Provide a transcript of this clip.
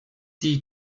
die